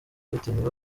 bitemewe